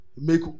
Make